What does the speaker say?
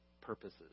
purposes